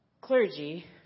clergy